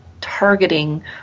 targeting